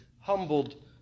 humbled